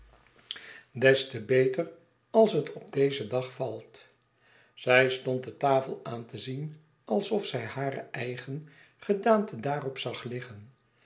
des te beter als het op dezen dag valt zij stond de tafel aan te zien alsof zij hare eigen gedaante daarop zag liggen